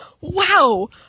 Wow